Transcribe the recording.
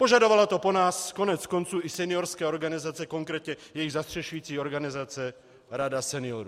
Požadovaly to po nás koneckonců i seniorské organizace, konkrétně jejich zastřešující organizace Rada seniorů.